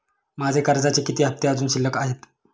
माझे कर्जाचे किती हफ्ते अजुन शिल्लक आहेत?